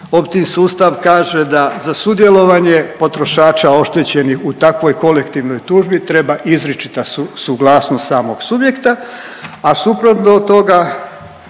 Opt-in sustav kaže da za sudjelovanje potrošača oštećenih u takvoj kolektivnoj tužbi treba izričita suglasnost samog subjekta, a suprotno od toga